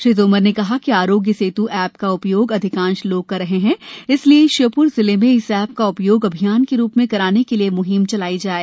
श्री तोमर ने कहा कि आरोग्य सेत् एप का उपयोग अधिकांश लोग कर रहे है इसलिए श्योप्र जिले में इस एप का उपयोग अभियान के रूप में कराने के लिए मुहिम चलाई जावे